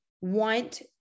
want